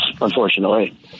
unfortunately